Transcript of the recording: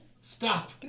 Stop